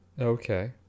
Okay